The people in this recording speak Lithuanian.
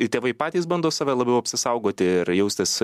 tėvai patys bando save labiau apsisaugoti ir jaustis